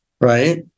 right